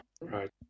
right